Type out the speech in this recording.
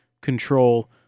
control